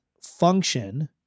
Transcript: function